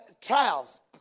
trials